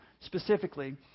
specifically